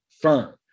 firm